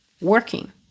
working